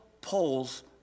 polls